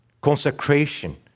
consecration